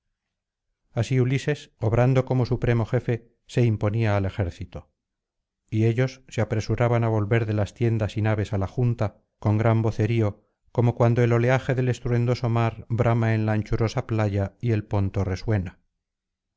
así ulises obrando como supremo jefe se imponía al ejército y ellos se apresuraban á volver de las tiendas y naves á la junta con gran vocerío como cuando el olaje del estruendoso mar brama en la anchurosa playa y el ponto resuena